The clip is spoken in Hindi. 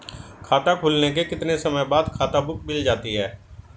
खाता खुलने के कितने समय बाद खाता बुक मिल जाती है?